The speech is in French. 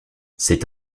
c’est